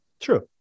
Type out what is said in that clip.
True